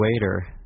waiter